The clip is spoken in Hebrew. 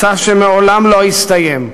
מסע שמעולם לא הסתיים.